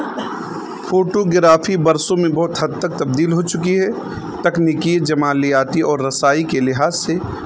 photography برسوں میں بہت حد تک تبدیل ہو چکی ہے تکنیکی جمالیاتی اور رسائی کے لحاظ سے